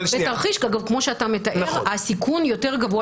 בתרחיש כמו שאתה מתאר הסיכון יותר גבוה